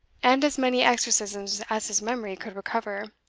and as many exorcisms as his memory could recover,